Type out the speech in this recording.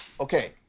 Okay